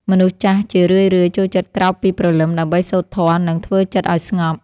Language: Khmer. មនុស្សចាស់ជារឿយៗចូលចិត្តក្រោកពីព្រលឹម ដើម្បីសូត្រធម៌ និងធ្វើចិត្តឱ្យស្ងប់។